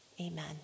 Amen